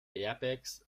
airbags